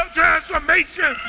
transformation